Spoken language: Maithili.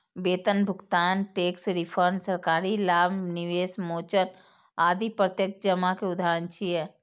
वेतन भुगतान, टैक्स रिफंड, सरकारी लाभ, निवेश मोचन आदि प्रत्यक्ष जमा के उदाहरण छियै